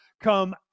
come